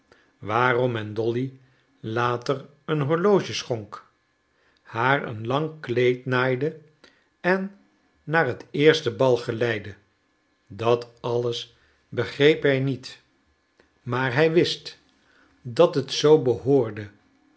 waarom men dolly later een horloge schonk haar een lang kleed naaide en naar het eerste bal geleide dat alles begreep hij niet maar hij wist dat het zoo behoorde